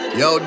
yo